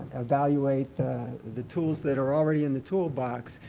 evaluate the the tools that are already in the toolbox.